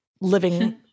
living